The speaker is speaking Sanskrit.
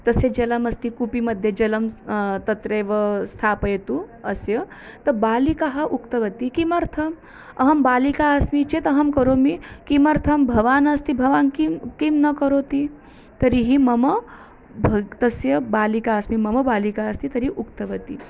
तस्य जलमस्ति कूपिमध्ये जलं तत्रैव स्थापयतु अस्य बालिकाः उक्तवती किमर्थम् अहं बालिका अस्मि चेत् अहं करोमि किमर्थं भवान् अस्ति भवान् किं किं न करोति तर्हि मम भ तस्य बालिका अस्मि मम बालिका अस्ति तर्हि उक्तवती